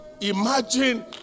imagine